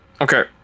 okay